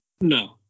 no